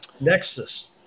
nexus